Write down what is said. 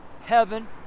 heaven